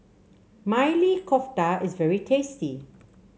Maili Kofta is very tasty